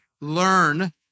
learn